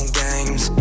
games